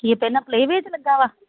ਕੀ ਪਹਿਲਾਂ play way 'ਚ ਲੱਗਿਆ ਵਾ